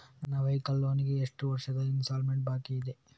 ನನ್ನ vehicle loan ಗೆ ಎಷ್ಟು ವರ್ಷದ ಇನ್ಸ್ಟಾಲ್ಮೆಂಟ್ ಬಾಕಿ ಇದೆ?